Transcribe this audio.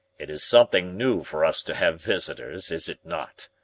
it is something new for us to have visitors, is it not?